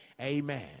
Amen